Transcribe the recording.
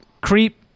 Creep